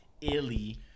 illy